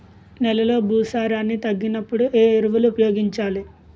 నెలలో భూసారాన్ని తగ్గినప్పుడు, ఏ ఎరువులు ఉపయోగించాలి?